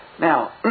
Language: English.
Now